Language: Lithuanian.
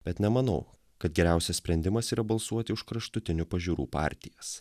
bet nemanau kad geriausias sprendimas yra balsuoti už kraštutinių pažiūrų partijas